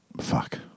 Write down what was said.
fuck